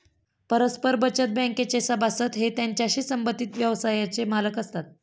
परस्पर बचत बँकेचे सभासद हे त्याच्याशी संबंधित व्यवसायाचे मालक असतात